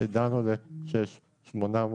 מעבר לכל זה,